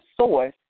source